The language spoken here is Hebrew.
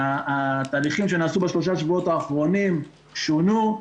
התהליכים שנעשו בשלושה השבועות האחרונים שונו,